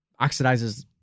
oxidizes